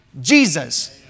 Jesus